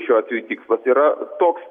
šiuo atveju tikslas yra toks